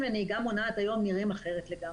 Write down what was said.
לנהיגה מונעת היום נראים אחרת לגמרי.